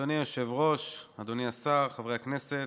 אדוני היושב-ראש, אדוני השר, חברי הכנסת,